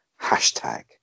hashtag